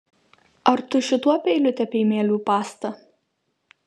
ar tu šituo peiliu tepei mielių pastą